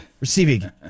receiving